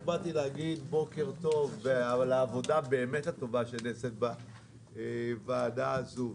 באתי להגיד בוקר טוב ותודה על העבודה הטובה שנעשית בוועדה הזאת.